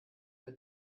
mit